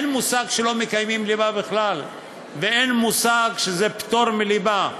אין מושג שלא מקיימים ליבה בכלל ואין מושג שזה פטור מליבה.